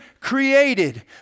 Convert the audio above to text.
created